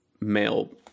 male